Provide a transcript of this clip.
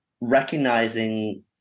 recognizing